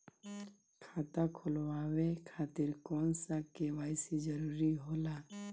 खाता खोलवाये खातिर कौन सा के.वाइ.सी जरूरी होला?